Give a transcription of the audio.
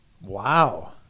wow